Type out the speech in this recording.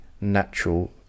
natural